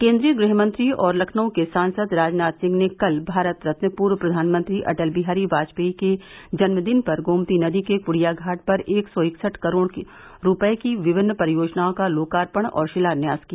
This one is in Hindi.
केन्द्रीय गृहमंत्री और लखनऊ के सांसद राजनाथ सिंह ने कल भारत रत्न पूर्व प्रधानमंत्री अटल बिहारी बाजपेयी के जन्मदिन पर गोमती नदी के कुड़िया घाट पर एक सौ इकसठ करोड़ रूपये की विभिन्न परियोजनाओं का लोकार्पण और शिलान्यास किया